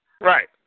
Right